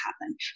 happen